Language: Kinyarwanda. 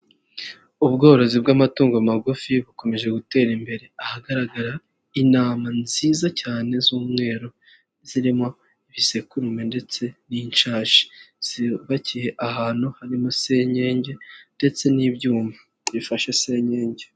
Ubworozi bw'amatungo magufi bukomeje gutera imbere, ahagaragara intama nziza cyane z'umweru zirimo isekurume ndetse n'inshashi. Zubakiye ahantu harimo senyenge ndetse n'ibyuma bifashe senkenge.